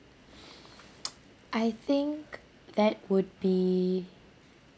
I think that would be